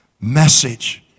message